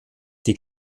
die